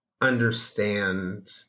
understand